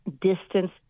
distance